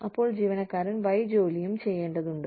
അപ്പോൾ ജീവനക്കാരൻ Y ജോലിയും ചെയ്യേണ്ടതുണ്ട്